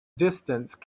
distance